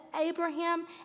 Abraham